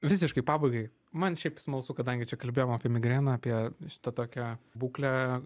visiškai pabaigai man šiaip smalsu kadangi čia kalbėjom apie migreną apie šitą tokią būklę